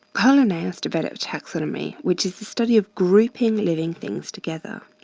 carl linnaeus developed taxonomy which is the study of grouping living things together.